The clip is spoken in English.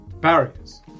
barriers